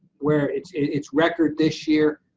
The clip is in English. where it's it's record this year,